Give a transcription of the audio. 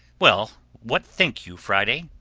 well, what think you, friday?